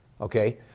okay